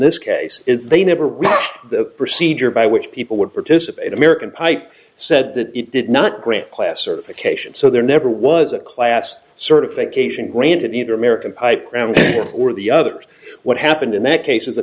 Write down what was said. this case is they never read the procedure by which people would participate in american pipe said that it did not grant class or vacation so there never was a class certification granted either american pipe or the others what happened in that case is the